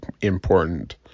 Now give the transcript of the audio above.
important